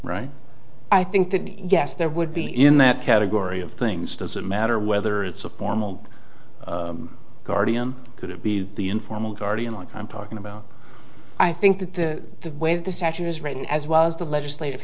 right i think that yes there would be in that category of things doesn't matter whether it's a formal guardian could it be the informal guardian like i'm talking about i think that the way this actually was written as well as the legislative